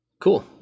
cool